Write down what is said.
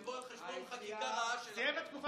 יבוא על חשבון חקיקה רעה של, יהיה בתקופת בחירות.